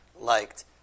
liked